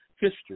history